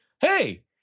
hey